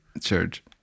Church